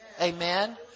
Amen